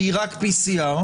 והיא רק PCR,